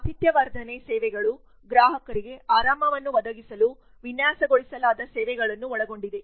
ಆತಿಥ್ಯ ವರ್ಧನೆ ಸೇವೆಗಳು ಗ್ರಾಹಕರಿಗೆ ಆರಾಮವನ್ನು ಒದಗಿಸಲು ವಿನ್ಯಾಸಗೊಳಿಸಲಾದ ಸೇವೆಗಳನ್ನು ಒಳಗೊಂಡಿದೆ